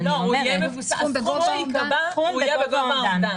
הסכום שייקבע יהיה בגובה האומדן.